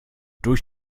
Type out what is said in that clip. durch